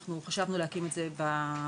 אנחנו חשבנו להקים את זה בכללית,